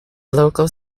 local